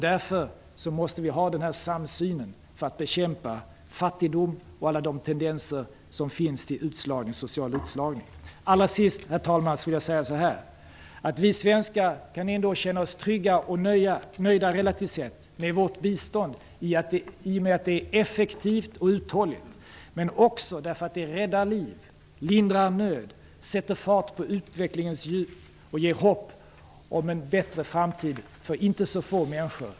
Vi måste därför ha den här samsynen för att bekämpa fattigdom och alla de tendenser till social utslagning som finns. Herr talman! Allra sist: Vi svenskar kan ändå relativt sett känna oss trygga och nöjda med vårt bistånd i och med att det är effektivt och uthålligt, men också därför att det räddar liv, lindrar nöd, sätter fart på utvecklingens hjul och ger hopp om en bättre framtid för inte så få människor.